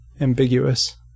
ambiguous